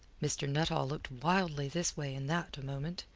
mr. nuttall looked wildly this way and that a moment,